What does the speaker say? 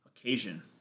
occasion